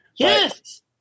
Yes